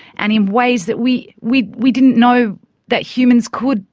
and in ways that we, we, we didn't know that humans could,